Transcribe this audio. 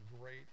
great